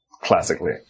classically